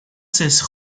cesse